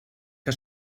que